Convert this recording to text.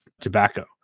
tobacco